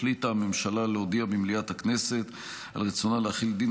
החליטה הממשלה להודיע במליאת הכנסת על רצונה להחיל דין